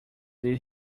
did